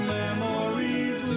memories